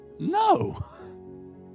No